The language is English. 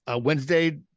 Wednesday